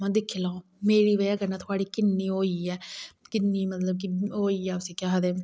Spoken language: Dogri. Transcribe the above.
में दिक्खी लैओ मेरी बजह कन्नै थुआढ़ी किन्नी ओह् होी गेई ऐ किन्नी मतलब कि ओह् होई गेई उसी केह् आखदे